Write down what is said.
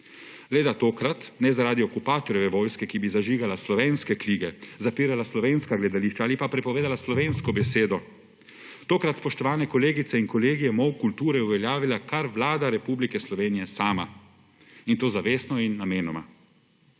Le, da tokrat ne zaradi okupatorjeve vojske, ki bi zažigala slovenske knjige, zapirala slovenska gledališča ali pa prepovedala slovensko besedo. Tokrat, spoštovane kolegice in kolegi, je molk kulture uveljavila kar Vlada Republike Slovenije sama; in to zavestno in namenoma,